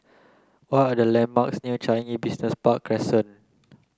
what are the landmarks near Changi Business Park Crescent